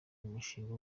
umushinga